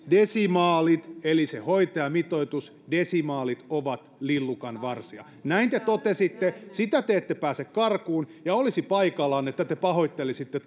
desimaalit eli se hoitajamitoitus ovat lillukanvarsia näin te totesitte sitä te ette pääse karkuun ja olisi paikallaan että te pahoittelisitte